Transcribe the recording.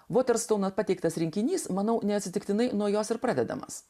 moters tuomet pateiktas rinkinys manau neatsitiktinai nuo jos ir pradedamas